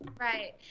Right